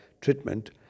treatment